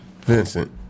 vincent